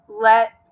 Let